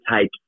take